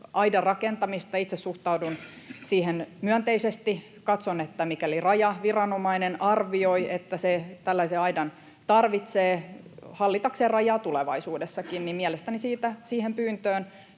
aidan rakentamista. Itse suhtaudun siihen myönteisesti. Katson, että mikäli rajaviranomainen arvioi, että se tällaisen aidan tarvitsee hallitakseen rajaa tulevaisuudessakin, niin mielestäni siihen pyyntöön,